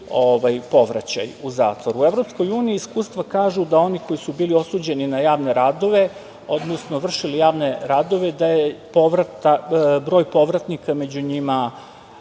povraćaj u zatvor.U EU iskustava kažu da oni koji su bili osuđeni na javne radove, odnosno vršili javne radove da je broj povratnika među njima